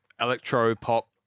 electro-pop